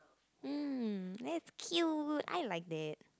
mm that's cute I like that